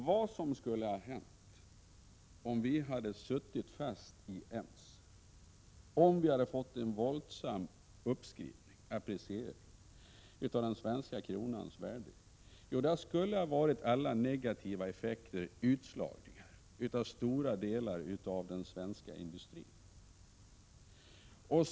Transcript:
Vad skulle ha hänt, om vi hade suttit fast i EMS, om vi hade fått en våldsam uppskrivning — appreciering — av den svenska kronans värde? Vi skulle ha fått alla negativa effekter, utslagningar av stora delar av den svenska industrin.